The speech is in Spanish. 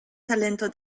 talento